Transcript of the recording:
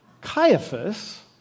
Caiaphas